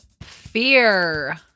Fear